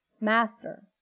Master